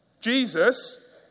Jesus